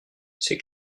c’est